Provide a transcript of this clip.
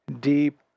deep